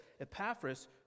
Epaphras